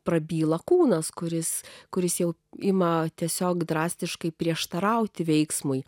prabyla kūnas kuris kuris jau ima tiesiog drastiškai prieštarauti veiksmui